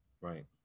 Right